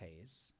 pays